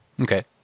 Okay